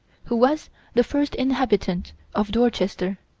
who was the first inhabitant of dorchester.